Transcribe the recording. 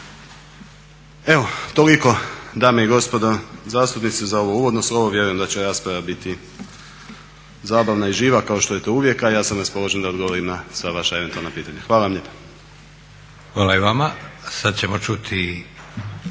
Evo toliko dame i gospodo zastupnici za ovo uvodno slovo. Vjerujem da će rasprava biti zabavna i živa kao što je to uvijek, a ja sam raspoložen da odgovorim na sva vaša eventualna pitanja. Hvala lijepa.